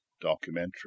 documentary